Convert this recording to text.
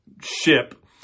ship